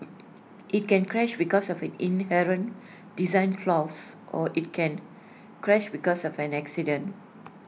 IT can crash because of inherent design flaws or IT can crash because of an accident